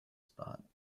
spot